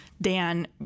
Dan